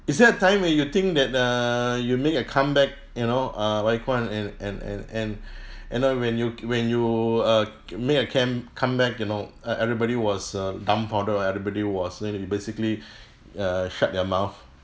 is there a time where you think that err you make a comeback you know uh wai kwan and and and and you know when you when you uh make a came comeback you know uh everybody was uh dumbfounded or everybody was uh basically uh shut their mouth